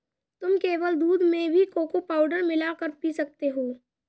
तुम केवल दूध में भी कोको पाउडर मिला कर पी सकते हो